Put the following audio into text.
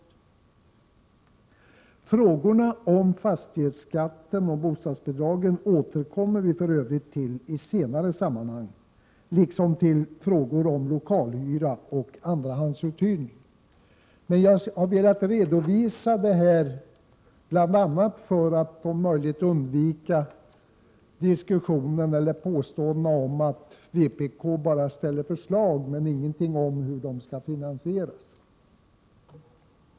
Till frågorna om fastighetsskatten och bostadsbidragen återkommer vi för Övrigt i senare sammanhang liksom till frågor om lokalhyra och andrahandsuthyrning. Jag har velat redovisa detta bl.a. för att om möjligt undvika påståenden om att vpk bara ställer förslag och inte säger någonting om hur de skall finansieras.